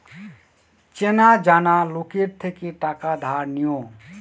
চেনা জানা লোকের থেকে টাকা ধার নিও